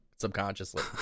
subconsciously